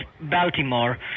Baltimore